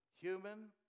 Human